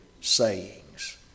sayings